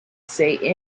say